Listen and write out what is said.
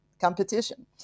competition